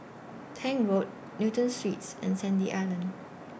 Tank Road Newton Suites and Sandy Island